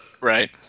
right